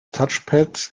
touchpads